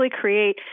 create